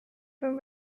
from